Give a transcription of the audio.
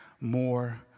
more